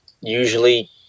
usually